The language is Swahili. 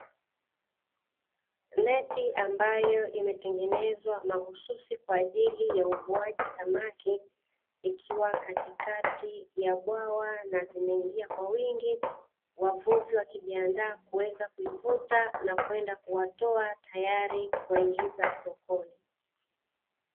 Neti ambayo imetengenezwa mahususi kwa ajili ya uvuaji samaki ikiwa katikati ya bwawa na zimeingia kwa wingi, wavuvi wakijiandaa kuweza kuivuta na kwenda kuwatoa tayari kuwaingiza sokoni.